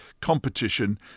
competition